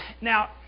Now